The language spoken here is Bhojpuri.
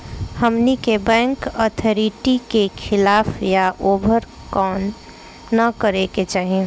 हमनी के बैंक अथॉरिटी के खिलाफ या ओभर काम न करे के चाही